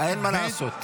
--- אין מה לעשות.